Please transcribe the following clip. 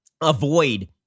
avoid